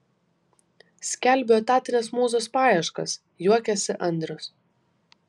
skelbiu etatinės mūzos paieškas juokiasi andrius